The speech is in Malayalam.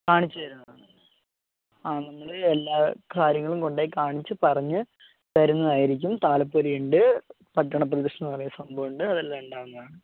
കാണിച്ച് തരുന്നതാണ് ആ നിങ്ങൾ എല്ലാ കാര്യങ്ങളും കൊണ്ടുപോയി കാണിച്ച് പറഞ്ഞ് തരുന്നതായിരിക്കും താലപ്പൊലിയുണ്ട് പട്ടണപ്രദക്ഷിണം പറയുന്ന സംഭവം ഉണ്ട് അതെല്ലാം ഉണ്ടാവുന്നതാണ്